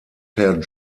per